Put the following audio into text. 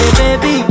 baby